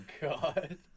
God